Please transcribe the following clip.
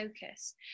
focus